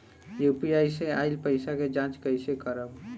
UPI से आइल पईसा के जाँच कइसे करब?